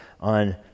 on